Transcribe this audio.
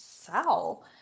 sell